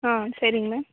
ஆ சரிங்க மேம்